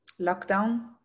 Lockdown